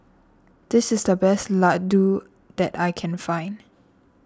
this is the best Laddu that I can find